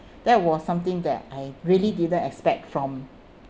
that was something that I really didn't expect from